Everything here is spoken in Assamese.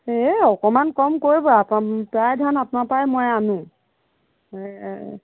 এই অকণমান কম কৰিব আকৌ প্ৰায় ধান আপোনাৰ পৰাই মই আনো